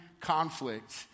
conflict